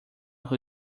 who